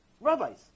Rabbis